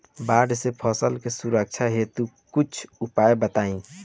बाढ़ से फसल के सुरक्षा हेतु कुछ उपाय बताई?